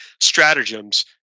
stratagems